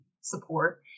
support